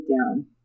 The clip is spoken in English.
down